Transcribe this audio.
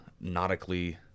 nautically